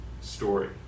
story